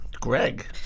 Greg